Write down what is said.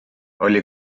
oli